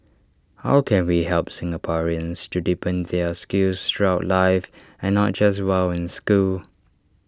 how can we help Singaporeans to deepen their skills throughout life and not just while in school